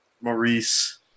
Maurice